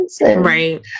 Right